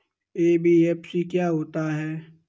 NBFC क्या होता है?